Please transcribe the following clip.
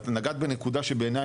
את נגעת בנקודה שבעיניי,